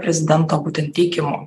prezidento būtent teikimu